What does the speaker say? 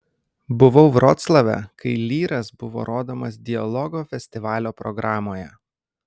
buvau vroclave kai lyras buvo rodomas dialogo festivalio programoje